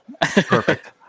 Perfect